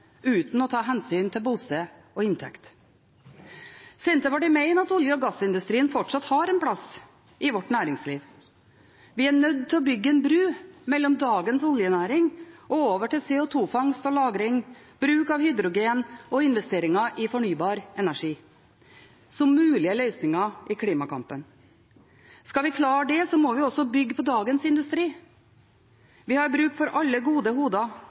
uten å ta hensyn til bosted og inntekt. Senterpartiet mener at olje- og gassindustrien fortsatt har en plass i vårt næringsliv. Vi er nødt til å bygge en bro mellom dagens oljenæring og over til CO 2 -fangst og -lagring, bruk av hydrogen og investeringer i fornybar energi som mulige løsninger i klimakampen. Skal vi klare det, må vi også bygge på dagens industri. Vi har bruk for alle gode